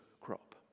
crop